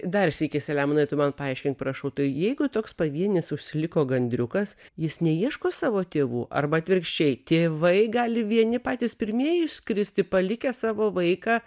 dar sykį selemonai tu man paaiškink prašau tai jeigu toks pavienis užsiliko gandriukas jis neieško savo tėvų arba atvirkščiai tėvai gali vieni patys pirmieji išskristi palikę savo vaiką